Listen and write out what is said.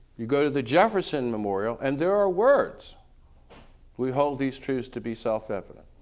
you go to the jefferson memorial and there are words we hold these truths to be self-evident.